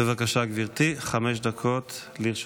בבקשה, גברתי, חמש דקות לרשותך.